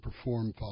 perform